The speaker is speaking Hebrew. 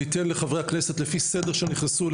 אני אתן לחברי הכנסת לפי הסדר שהם נכנסו,